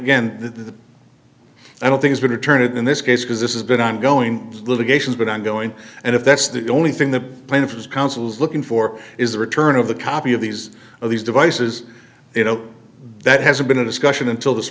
the i don't think is going to turn it in this case because this is been ongoing litigation been ongoing and if that's the only thing the plaintiffs counsel's looking for is the return of the copy of these of these devices you know that hasn't been a discussion until this